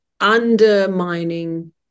undermining